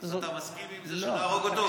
אז אתה מסכים עם זה שנהרוג אותו?